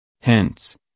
Hence